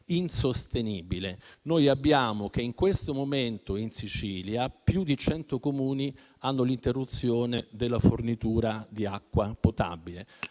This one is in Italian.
insostenibile. In questo momento, in Sicilia, più di cento Comuni hanno l'interruzione della fornitura di acqua potabile.